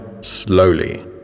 slowly